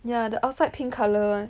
yah the outside pink colour one